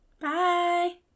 Bye